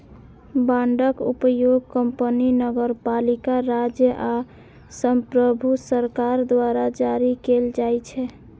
बांडक उपयोग कंपनी, नगरपालिका, राज्य आ संप्रभु सरकार द्वारा जारी कैल जाइ छै